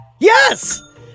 Yes